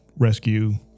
rescue